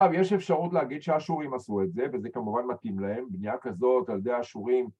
‫עכשיו, יש אפשרות להגיד ‫שהאשורים עשו את זה, ‫וזה כמובן מתאים להם, ‫בנייה כזאת על ידי האשורים.